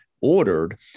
ordered